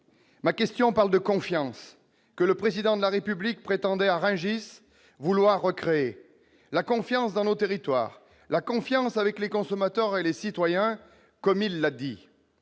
ma question parle de confiance que le président de la République prétendait à Rungis vouloir recréer la confiance dans nos territoires, la confiance avec les consommateurs et les citoyens, comme il l'a dit,